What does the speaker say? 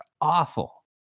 awful